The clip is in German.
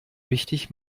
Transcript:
wichtig